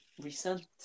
recent